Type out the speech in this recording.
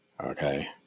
okay